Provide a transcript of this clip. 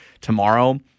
tomorrow